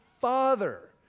father